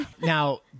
Now